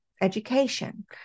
education